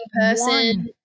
person –